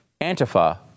Antifa